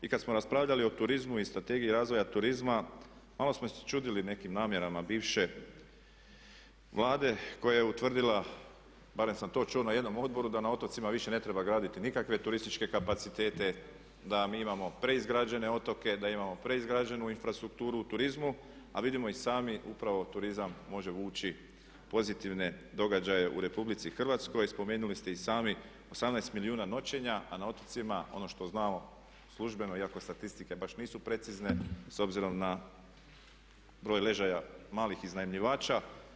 I kad smo raspravljali o turizmu i Strategiji razvoja turizma malo smo se čudili nekim namjerama bivše Vlade koja je utvrdila barem sam to čuo na jednom odboru da na otocima više ne treba graditi nikakve turističke kapacitete, da mi imamo preizgrađene otoke, da imamo preizgrađenu infrastrukturu u turizmu a vidimo i sami upravo turizam može vući pozitivne događaje u RH spomenuli ste i sami 18 milijuna noćenja a na otocima ono što znamo službeno iako statistike baš nisu precizne s obzirom na broj ležajeva malih iznajmljivača.